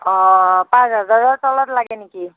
অঁ পাঁচ হাজাৰৰ তলত লাগে নেকি